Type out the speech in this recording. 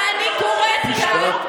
ואני קוראת כאן,